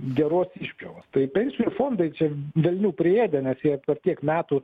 geros išpjovos tai pensijų fondai čia velnių priėdę nes jie per tiek metų